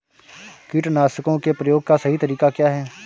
कीटनाशकों के प्रयोग का सही तरीका क्या है?